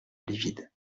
livide